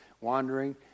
wandering